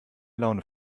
laune